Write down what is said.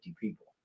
people